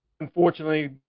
Unfortunately